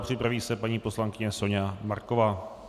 Připraví se paní poslankyně Soňa Marková.